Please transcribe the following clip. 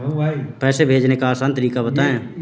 पैसे भेजने का आसान तरीका बताए?